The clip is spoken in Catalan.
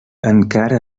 encara